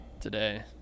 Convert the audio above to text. today